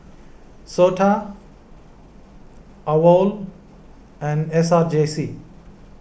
Sota Awol and S R J C